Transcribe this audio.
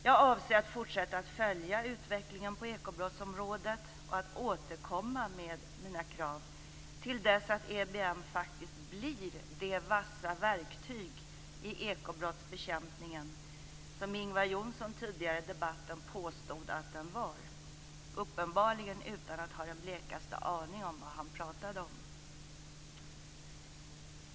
Jag avser att fortsätta att följa utvecklingen på ekobrottsområdet och återkomma med mina krav till dess att EBM faktiskt blir det vassa verktyg i ekobrottsbekämpningen som Ingvar Johnsson tidigare i debatten påstod att den var. Han hade uppenbarligen inte den blekaste aning om vad han pratade.